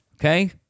Okay